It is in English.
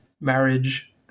marriage